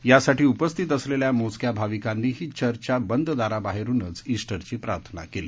यासाठी उपस्थित असलख्या मोजक्या भाविकांनीही चर्चच्या बंद दाराबाहल्निच स्टिरची प्रार्थना कल्ली